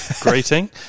greeting